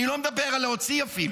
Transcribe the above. אני אפילו לא מדבר על להוציא או